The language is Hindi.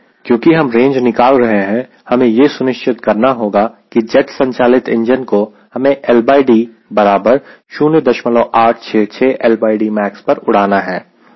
क्योंकि हम रेंज निकाल रहे हैं हमें यह सुनिश्चित करना होगा कि जेट संचालित इंजन को हमें LD बराबर 0866LDmax पर उड़ाना है